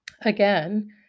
again